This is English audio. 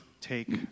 take